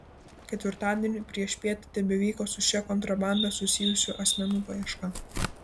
ketvirtadienį priešpiet tebevyko su šia kontrabanda susijusių asmenų paieška